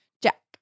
Jack